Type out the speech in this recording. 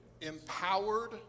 empowered